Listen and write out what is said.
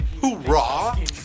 Hoorah